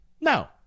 No